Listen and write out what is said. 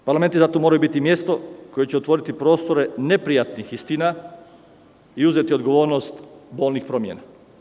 Parlamenti zato moraju biti mesto koje će otvoriti prostore neprijatnih istina i uzeti odgovornost bolnih promena.